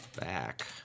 back